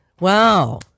Wow